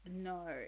No